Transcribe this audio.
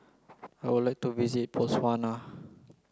I would like to visit Botswana